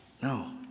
No